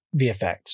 VFX